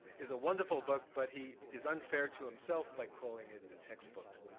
is a wonderful book, but he is unfair to himself by calling it a textbook,